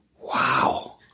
wow